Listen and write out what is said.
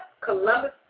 Columbus